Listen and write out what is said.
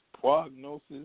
prognosis